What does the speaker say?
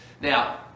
Now